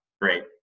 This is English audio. great